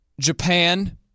Japan